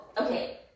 okay